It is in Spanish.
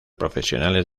profesionales